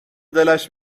دلش